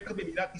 בטח במדינת ישראל.